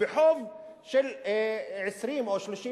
בחוב של 20 או 30 מיליון.